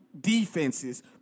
defenses